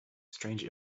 strange